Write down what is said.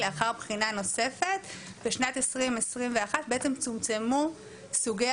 לאחר בחינה נוספת בשנת 2021 צומצמו סוגי